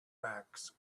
backs